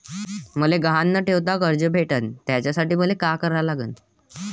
मले गहान न ठेवता कर्ज कस भेटन त्यासाठी मले का करा लागन?